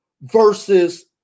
versus